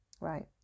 right